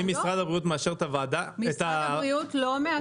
אם משרד הבריאות מאשר את --- משרד הבריאות לא מאשר.